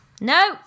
no